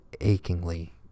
achingly